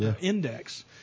index